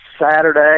Saturday